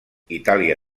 itàlia